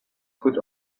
could